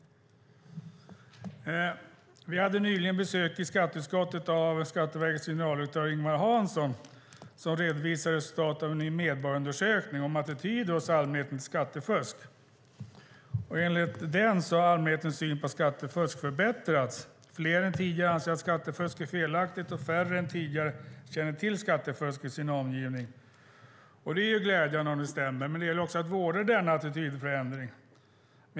Vi hade nyligen besök i skatteutskottet av Skatteverkets generaldirektör Ingemar Hansson, som redovisade resultaten från en ny medborgarundersökning om attityder hos allmänheten när det gäller skattefusk. Enligt den har allmänhetens syn på skattefusk förbättrats. Fler än tidigare anser att skattefusk är felaktigt, och färre än tidigare känner till skattefusk i sin omgivning. Det är ju glädjande om det stämmer, men det gäller också att vårda denna attitydförändring.